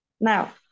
Now